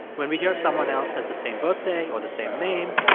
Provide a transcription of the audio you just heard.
when we hear someone else has the same birthday or the same name,